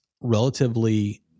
relatively